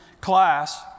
class